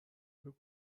بگو